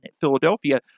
Philadelphia